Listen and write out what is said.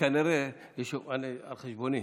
על חשבוני,